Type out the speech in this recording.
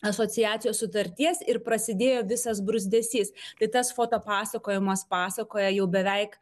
asociacijos sutarties ir prasidėjo visas bruzdesys tai tas foto pasakojimas pasakoja jau beveik